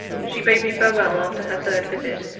she bade me farewell after her third visit,